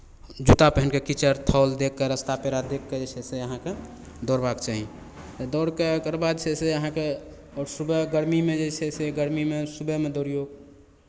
जूता पेहेन कऽ कीचड़ थाल देखि कऽ रस्ता पेरा देखि कऽ जे छै से अहाँकेँ दौड़बाके चाही दौड़ कऽ एकर बाद छै से अहाँकेँ आओर सुबह गरमीमे जे छै से गरमीमे सुबहमे दौड़िऔ